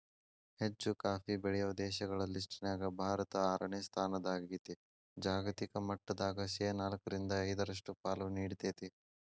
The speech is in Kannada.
ಹೆಚ್ಚುಕಾಫಿ ಬೆಳೆಯೋ ದೇಶಗಳ ಲಿಸ್ಟನ್ಯಾಗ ಭಾರತ ಆರನೇ ಸ್ಥಾನದಾಗೇತಿ, ಜಾಗತಿಕ ಮಟ್ಟದಾಗ ಶೇನಾಲ್ಕ್ರಿಂದ ಐದರಷ್ಟು ಪಾಲು ನೇಡ್ತೇತಿ